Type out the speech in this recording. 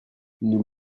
nous